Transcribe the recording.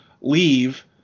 leave